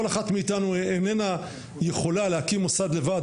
כל אחת מאיתנו איננה יכולה להקים מוסד לבד,